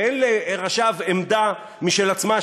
ואין לראשיו עמדה משל עצמם,